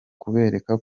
kubereka